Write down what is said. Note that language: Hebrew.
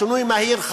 לשינוי מהיר,